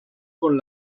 con